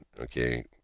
Okay